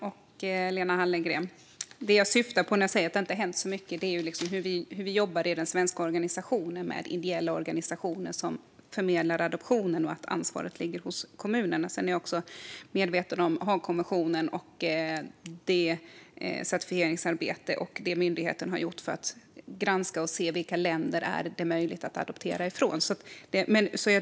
Fru talman! Det jag syftar på när jag säger att det inte hänt så mycket är hur vi jobbar i den svenska organisationen med ideella organisationer som förmedlar adoptionerna och att ansvaret ligger hos kommunerna. Sedan är jag också medveten om Haagkonventionen, certifieringsarbetet och det myndigheten har gjort för att granska och se vilka länder det är möjligt att adoptera från.